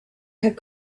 had